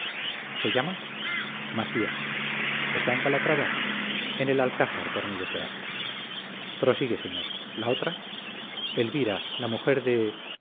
se llama macías está en calatrava en el alcázar por mi desgracia prosigue señor la otra elvira la mujer de